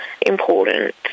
important